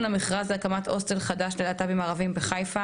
המכרז להקמת הוסטל חדש ללהט״בים ערבים בחיפה,